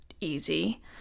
easy